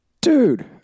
Dude